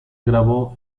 grabó